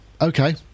okay